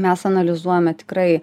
mes analizuojame tikrai